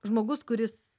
žmogus kuris